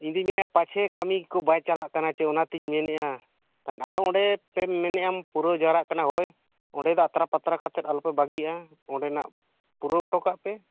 ᱤᱧ ᱫᱩᱧ ᱢᱮᱱᱮᱫᱼᱟ ᱯᱟᱪᱷᱮ ᱠᱟᱹᱢᱤ ᱠᱚ ᱵᱟᱭ ᱪᱟᱞᱟ ᱠᱟᱱᱟ ᱪᱚ ᱚᱱᱟᱛᱤᱧ ᱢᱮᱱᱮᱫᱼᱟ ᱛᱟᱦᱮᱫ ᱟᱫ ᱚᱸᱰᱮ ᱯᱮ ᱢᱮᱱᱮ ᱟᱢ ᱯᱩᱨᱟᱹᱣ ᱡᱟᱨᱣᱟ ᱠᱟᱱᱟ ᱦᱳᱭ ᱚᱸᱰᱮ ᱫᱚ ᱟᱛᱨᱟ ᱯᱟᱛᱨᱟ ᱠᱟᱛᱮ ᱟᱞᱚᱯᱮ ᱵᱟᱹᱜᱤᱭᱟᱜᱼᱟ ᱚᱸᱰᱮᱱᱟᱜ ᱯᱩᱨᱟᱹᱣ ᱚᱴᱚ ᱠᱟᱜ ᱯᱮ